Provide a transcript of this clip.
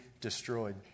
destroyed